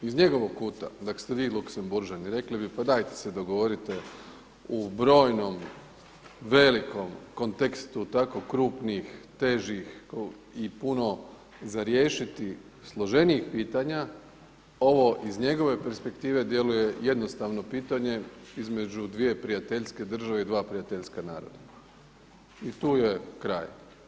Iz njegovog kuta da ste vi Luksemburžani rekli bi pa dajte se dogovorite u brojnom velikom kontekstu tako krupnih, težih i puno za riješiti složenijih pitanja, ovo iz njegove perspektive djeluje jednostavno pitanje između dvije prijateljske države i dva prijateljska naroda i tu je kraj.